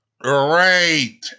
Great